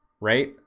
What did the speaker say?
right